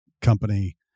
company